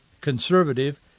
conservative